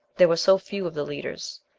there were so few of the leaders.